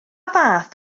fath